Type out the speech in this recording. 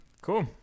Cool